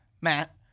Matt